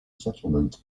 settlement